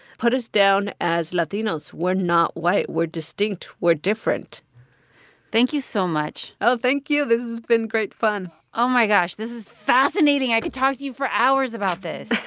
put us down as latinos. we're not white. we're distinct. we're different thank you so much oh, thank you. this has been great fun oh, my gosh. this is fascinating. i could talk to you for hours about this